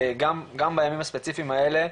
גם בימים הספציפיים האלה,